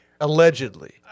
allegedly